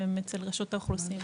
והם אצל רשות האוכלוסין.